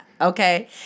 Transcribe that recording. okay